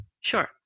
Sure